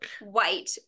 white